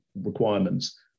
requirements